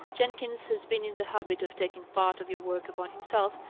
jenkins has been in the habit of taking part of your work upon himself,